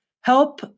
help